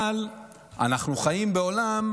אבל אנחנו חיים בעולם